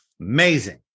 Amazing